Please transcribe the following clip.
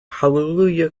hallelujah